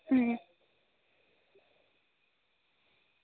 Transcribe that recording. भी